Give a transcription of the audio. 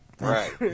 Right